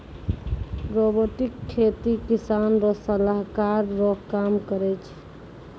robotic खेती किसान रो सलाहकार रो काम करै छै